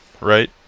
Right